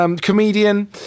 comedian